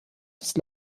des